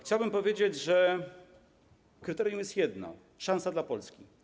Chciałbym powiedzieć, że kryterium jest jedno: szansa dla Polski.